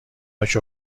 نوک